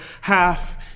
half